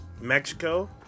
Mexico